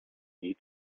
nie